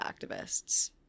activists